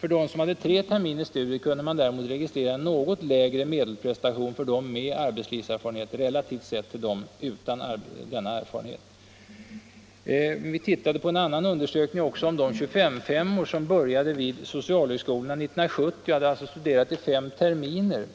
Bland dem som hade tre terminers studier kunde man däremot registrera något lägre medelprestation för dem med arbetslivserfarenhet än för dem utan denna erfarenhet. Vi tittade också på en annan undersökning rörande de 25:5-or som började vid socialhögskolorna 1970 och alltså hade studerat i fem terminer.